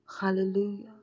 Hallelujah